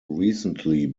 recently